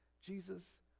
Jesus